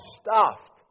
stuffed